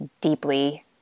deeply